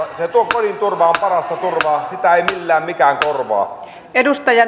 kodin turva on parasta turvaa sitä ei millään mikään korvaa